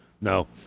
No